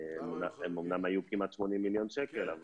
הם אמנם היו כמעט 80 מיליון שקל,